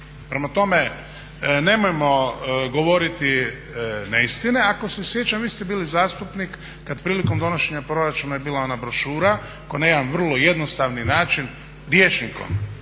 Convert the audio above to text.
Prema tome, nemojmo govoriti neistine. Ako se sjećam vi ste bili zastupnik kad prilikom donošenja proračuna je bila ona brošura koja na jedan vrlo jednostavni način rječnikom